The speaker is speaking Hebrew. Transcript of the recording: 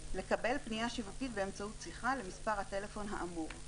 לקבל פניה שיווקית באמצעות שיחה למספר הטלפון האמור.